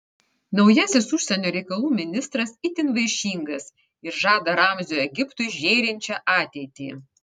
naujasis užsienio reikalų ministras itin vaišingas ir žada ramzio egiptui žėrinčią ateitį